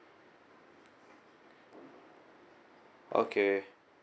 okay